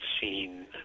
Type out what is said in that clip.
seen